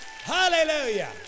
Hallelujah